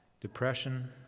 depression